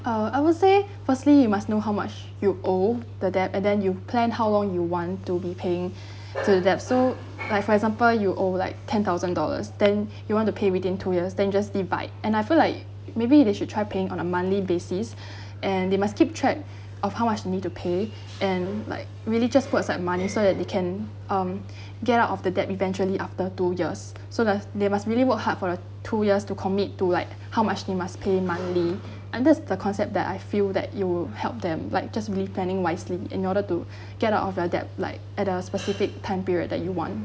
uh I would say firstly you must know how much you owe the debt and then you plan how long you want to be paying to the debt so like for example you owe like ten thousand dollars then you want to pay within two years then you just divide and I feel like maybe they should try paying on a monthly basis and they must keep track of how much they need to pay and like really just put aside the money so that they can um get out of the debt eventually after two years so that they must really work hard for the two years to commit to like how much they must pay monthly under the concept that I feel that it will help them like just really planning wisely in order to get out of your debt like at a specific time period that you want